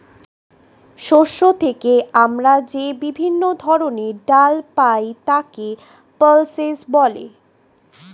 শস্য থেকে আমরা যে বিভিন্ন ধরনের ডাল পাই তাকে পালসেস বলে